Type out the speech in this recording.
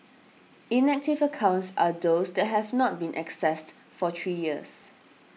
inactive accounts are those that have not been accessed for three years